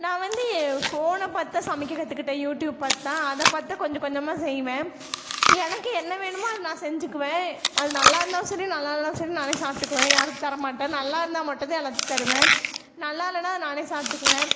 நான் வந்து ஃபோனை பார்த்துதான் சமைக்க கற்றுகிட்ட யூடியூப் பார்த்து தான் அதை பார்த்து தான் கொஞ்ச கொஞ்சமாக செய்வேன் எனக்கு என்ன வேணுமோ அதை நான் செஞ்சுக்குவேன் அது நல்லாயிருந்தாலும் சரி நல்லா இல்லைனா சரி நானே சாப்பிட்டுக்குவேன் யாருக்கும் தரமாட்டேன் நல்லா இருந்தால் மட்டும்தான் எல்லாத்துக்கும் தருவேன் நல்லா இல்லைனா அதை நானே சாப்பிட்டுக்குவேன்